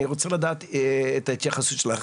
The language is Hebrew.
אני רוצה לדעת את ההתייחסות שלך.